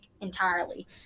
entirely